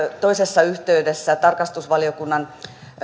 toisessa yhteydessä tarkastusvaliokunnan